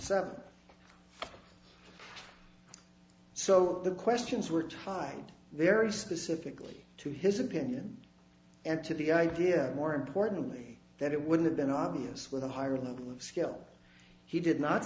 seven so the questions were tied very specifically to his opinion and to the idea more importantly that it would have been obvious with a higher level of skill he did not